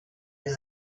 les